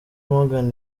morgan